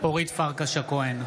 אורית פרקש הכהן,